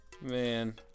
Man